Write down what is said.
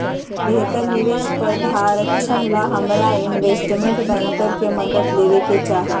बेहतर निवेश प्रधारक्षण ला हमरा इनवेस्टमेंट बैंकर के मदद लेवे के चाहि